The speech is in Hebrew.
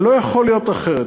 זה לא יכול להיות אחרת.